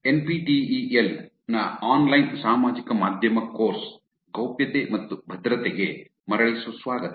N P T E L ನ online ಸಾಮಾಜಿಕ ಮಾಧ್ಯಮ ಕೋರ್ಸ್ ಗೌಪ್ಯತೆ ಮತ್ತು ಭದ್ರತೆಗೆ ಮರಳಿ ಸುಸ್ವಾಗತ